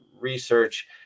research